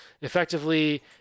effectively